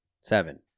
Seven